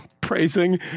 praising